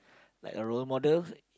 like a role model